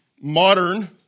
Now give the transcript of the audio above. modern